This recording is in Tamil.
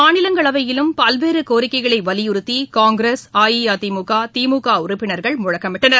மாநிலங்களவையிலும் பல்வேறு கோரிக்கைகளை வலியுறுத்தி காங்கிரஸ் அஇஅதிமுக திமுக உறுப்பினர்கள் முழக்கமிட்டனர்